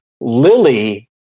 Lily